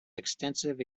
extensive